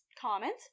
comment